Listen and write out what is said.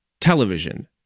television